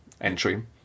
entry